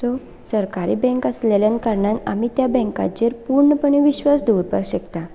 so सरकारी bank आसलेल्या कारणान आमी त्या बँकाचेर पूर्णपणे विश्वास दवरपा शकता